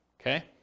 Okay